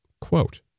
Quote